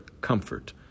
comfort